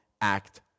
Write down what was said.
act